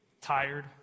Tired